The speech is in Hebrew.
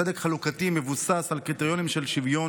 צדק חלוקתי מבוסס על קריטריונים של שוויון,